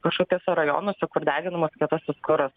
kažkokiuose rajonuose kur deginamas kietasis kuras